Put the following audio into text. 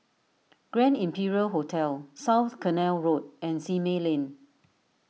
Grand Imperial Hotel South Canal Road and Simei Lane